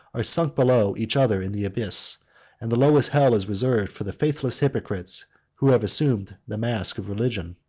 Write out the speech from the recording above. are sunk below each other in the abyss and the lowest hell is reserved for the faithless hypocrites who have assumed the mask of religion.